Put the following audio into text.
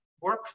work